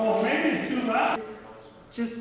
ok really just